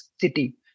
city